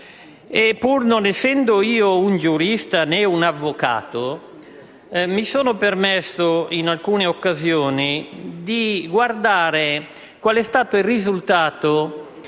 Pur non essendo io un giurista né un avvocato, mi sono permesso, in alcune occasioni, di guardare qual è stato il risultato